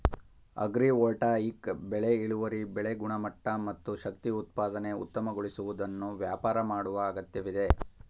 agrivoltaic ಬೆಳೆ ಇಳುವರಿ ಬೆಳೆ ಗುಣಮಟ್ಟ ಮತ್ತು ಶಕ್ತಿ ಉತ್ಪಾದನೆ ಉತ್ತಮಗೊಳಿಸುವುದನ್ನು ವ್ಯಾಪಾರ ಮಾಡುವ ಅಗತ್ಯವಿದೆ